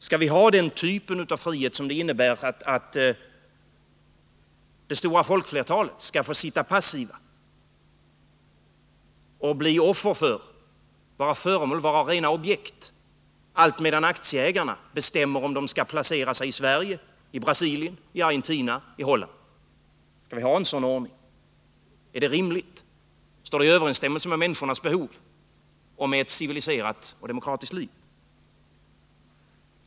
Skall vi ha den typ av frihet som innebär att det stora folkflertalet skall förbli passivt och vara offer, vara rena objekt, allt medan aktieägarna bestämmer sig för om de skall placera sig i Sverige, Brasilien, Argentina eller Holland? Skall vi ha en sådan ordning? Är det rimligt? Står det i överensstämmelse med människornas behov och med ett civiliserat och demokratiskt liv?